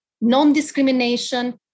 non-discrimination